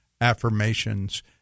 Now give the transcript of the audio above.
affirmations